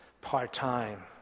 part-time